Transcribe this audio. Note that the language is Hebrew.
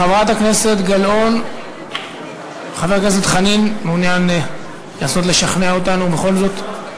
חבר הכנסת חנין, מעוניין לשכנע אותנו בכל זאת?